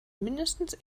mindestens